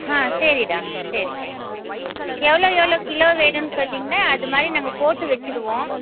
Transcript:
ஆ சரி டா சரி எவ்வளோ எவ்வளோ கிலோ வேணும்னு சொன்னிங்கன்னா அது மாதிரி நாங்கள் போட்டு வச்சுருவோம்